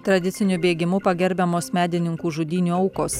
tradiciniu bėgimu pagerbiamos medininkų žudynių aukos